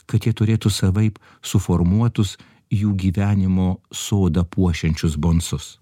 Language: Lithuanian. kad jie turėtų savaip suformuotus jų gyvenimo sodą puošiančius bonsus